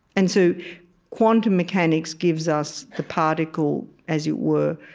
and so quantum mechanics gives us the particle, as it were,